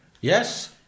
Yes